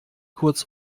kurz